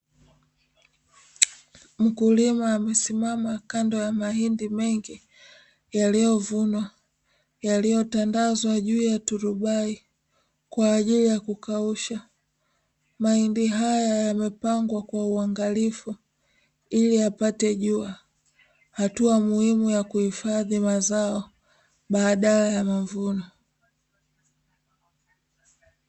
Mkulima amesimama kando ya mahindi mengi yaliyovunwa, yaliyotandazwa juu ya turubai kwa ajili ya kukausha. Mahindi haya yamepangwa kwa uangalifu ili yapate jua, hatua muhimu ya kuhifadhi mazao badala ya mavuno.